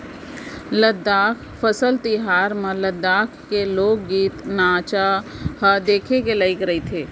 लद्दाख फसल तिहार म लद्दाख के लोकगीत, नाचा ह देखे के लइक रहिथे